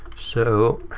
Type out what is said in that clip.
so